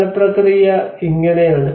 പുനപ്രക്രിയ ഇങ്ങനെയാണ്